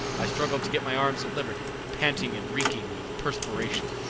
i struggled to get my arms at liberty, panting and reeking with perspiration.